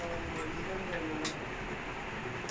அவன்:avan instead of instead of saying